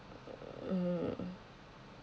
mm